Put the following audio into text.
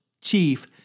chief